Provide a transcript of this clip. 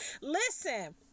Listen